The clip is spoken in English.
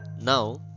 Now